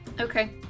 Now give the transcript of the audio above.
Okay